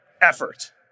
effort